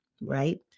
right